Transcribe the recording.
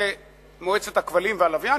תהיה מועצת הכבלים והלוויין,